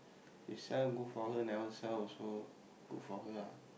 if sell good for her never sell also good for her ah